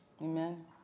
Amen